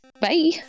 bye